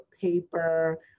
paper